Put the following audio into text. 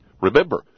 Remember